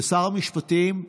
ששר המשפטים,